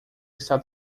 está